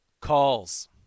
calls